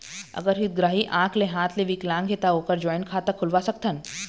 अगर हितग्राही आंख ले हाथ ले विकलांग हे ता ओकर जॉइंट खाता खुलवा सकथन?